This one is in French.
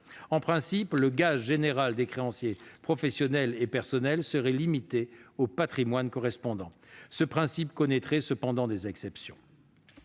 En principe, le gage général des créanciers professionnels et personnels serait limité au patrimoine correspondant, mais ce principe connaîtrait des exceptions.